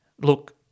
Look